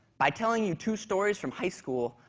by telling you two stories from high school,